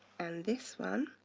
and this one